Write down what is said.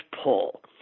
pull